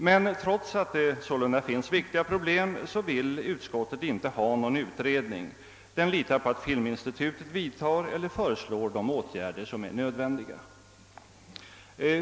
Men trots att det sålunda finns viktiga problem, vill utskottet inte ha någon utredning, utan det litar på att film institutet vidtar eller föreslår de nödvändiga åtgärderna.